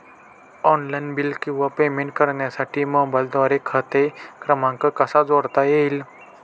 Online bill किंवा payment करण्यासाठी मोबाईलद्वारे खाते क्रमांक कसा जोडता येईल?